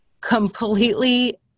completely